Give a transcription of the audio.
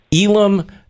Elam